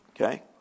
Okay